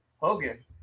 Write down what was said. hogan